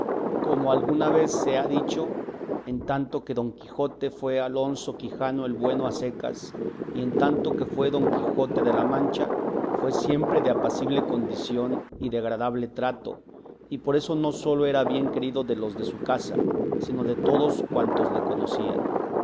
como alguna vez se ha dicho en tanto que don quijote fue alonso quijano el bueno a secas y en tanto que fue don quijote de la mancha fue siempre de apacible condición y de agradable trato y por esto no sólo era bien querido de los de su casa sino de todos cuantos le conocían